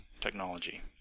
technology